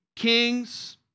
kings